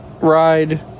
ride